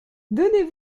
donnez